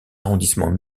arrondissements